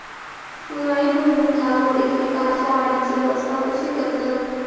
उन्हाळी भुईमूग लागवडीत पीकांच्या वाढीची अवस्था कशी करतत?